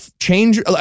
change